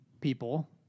people